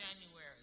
January